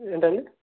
ఏంటండీ